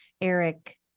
Eric